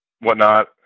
whatnot